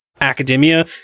academia